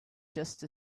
just